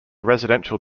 residential